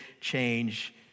change